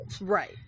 Right